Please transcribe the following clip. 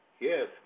Yes